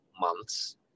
months